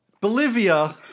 Bolivia